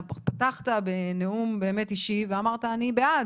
פתחת בנאום באמת אישי ואמרת אני בעד.